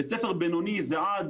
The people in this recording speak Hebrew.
בית ספר בינוני זה עד